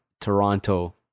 Toronto